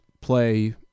play